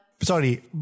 Sorry